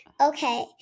Okay